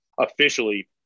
officially –